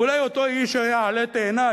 ואולי אותו איש שהיה עלה תאנה,